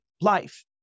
life